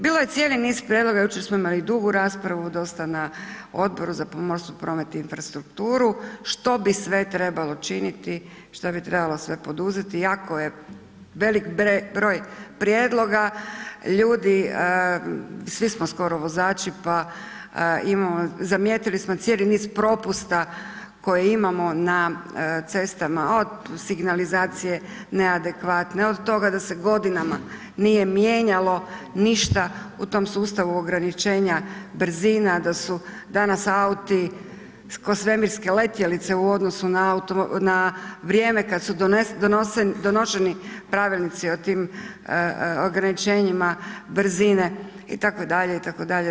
Bilo je cijeli niz prijedloga, jučer smo imali dugu raspravu dosta na Odboru za pomorstvo, promet i infrastrukturu što bi sve trebalo činiti, što bi trebalo sve poduzeti jako je velik broj prijedloga, ljudi svi smo skoro vozači, pa imamo, zamijetili smo cijeli niz propusta koje imamo na cestama od signalizacije neadekvatne, od toga da se godinama nije mijenjalo ništa u tom sustavu ograničenja brzina, da su danas auti ko svemirske letjelice u odnosu na vrijeme kad su donošeni pravilnici o tim ograničenjima brzine itd., itd.